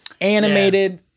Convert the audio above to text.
Animated